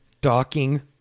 Docking